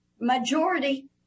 majority